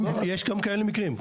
יש גם כאלה מקרים.